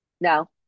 No